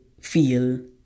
feel